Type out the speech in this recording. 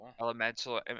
elemental